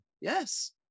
Yes